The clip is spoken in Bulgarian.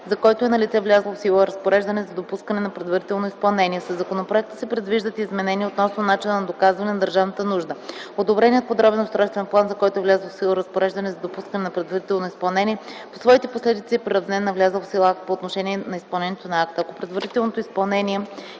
за който е налице влязло в сила разпореждане за допускане на предварително изпълнение. Със законопроекта се предвиждат изменения относно начина на доказване на държавната нужда. Одобреният подробен устройствен план, за който е влязло в сила разпореждане за допускане на предварително изпълнение, по своите последици е приравнен на влязъл в сила акт по отношение на изпълнението на акта.